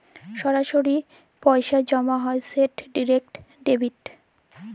সরাসরি যে পইসা জমা হ্যয় সেট ডিরেক্ট ডেবিট